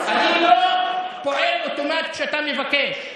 אני לא פועל אוטומטית כשאתה מבקש,